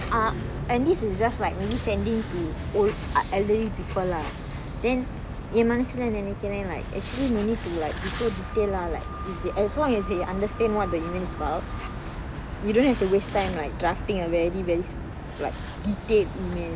er and this is just like only sending to elderly people lah then என் மனசுல நெனைக்குரன்:en manasula nenaikkuran like actually no need to like be so detailed lah like as long as they understand what the image is about you don't have to waste time like charting a very very detailed image